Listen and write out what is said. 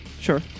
Sure